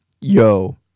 Yo